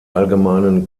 allgemeinen